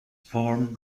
form